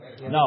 No